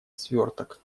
сверток